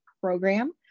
Program